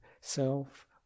self